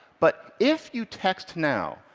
but if you text now,